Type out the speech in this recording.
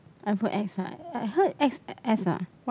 iPhone X ah I heard x_s ah what